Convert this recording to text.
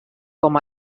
com